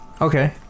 Okay